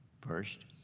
first